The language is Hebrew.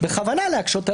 בכוונה להקשות,